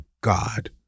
God